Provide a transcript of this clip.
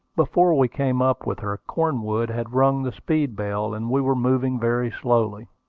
before we came up with her cornwood had rung the speed-bell, and we were moving very slowly.